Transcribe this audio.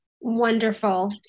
Wonderful